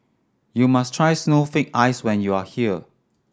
you must try snowflake ice when you are here